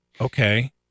okay